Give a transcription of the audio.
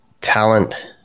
talent